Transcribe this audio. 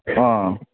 ꯑꯥ